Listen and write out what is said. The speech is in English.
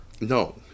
No